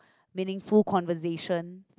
meaningful conversation